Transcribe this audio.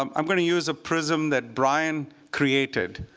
um i'm going to use a prism that brian created